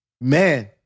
man